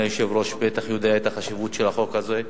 אדוני היושב-ראש בטח יודע את החשיבות של החוק הזה.